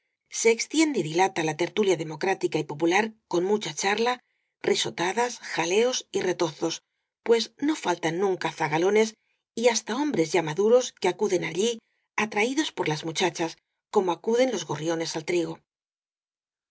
se extiende y dilata la tertulia democrática y popular con mucha charla risotadas jaleos y reto zos pues no faltan nunca zagalones y hasta hom bres ya maduros que acuden por allí atraídos por las muchachas como acuden los gorriones al trigo